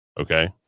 okay